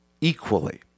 equally